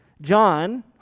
John